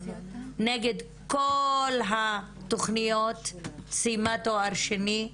נגד כל התוכניות סיימה תואר שני,